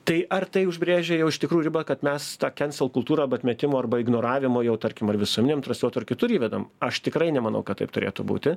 tai ar tai užbrėžia jau iš tikrųjų ribą kad mes tą kensel kultūrą arba atmetimo arba ignoravimo jau tarkim ar visuminiam transliuotojui ir kitur įvedam aš tikrai nemanau kad taip turėtų būti